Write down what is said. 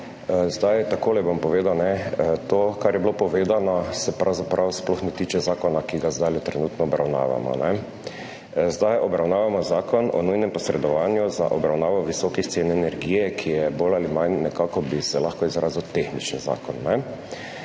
Zdaj takole bom povedal, ne to, kar je bilo povedano se pravzaprav sploh ne tiče zakona, ki ga zdaj trenutno obravnavamo. Sedaj obravnavamo Zakon o nujnem posredovanju za obravnavo visokih cen energije, ki je bolj ali manj, nekako bi se lahko izrazil, tehnični zakon.